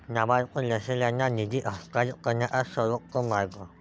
लाभार्थी नसलेल्यांना निधी हस्तांतरित करण्याचा सर्वोत्तम मार्ग